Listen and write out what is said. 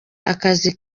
akazi